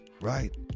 right